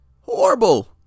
Horrible